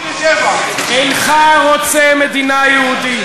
אינך רוצה מדינה יהודית.